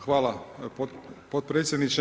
Hvala potpredsjedniče.